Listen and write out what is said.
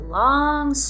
long